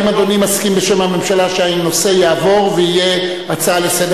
האם אדוני מסכים בשם הממשלה שהנושא יעבור ויהיה הצעה לסדר?